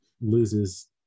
loses